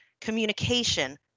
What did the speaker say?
communication